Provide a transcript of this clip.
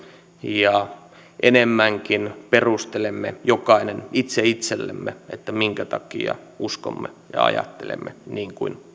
ja enemmänkin perustelemme jokainen itse itsellemme minkä takia uskomme ja ajattelemme niin kuin